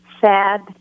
sad